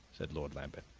said lord lambeth,